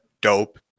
dope